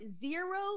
zero